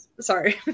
Sorry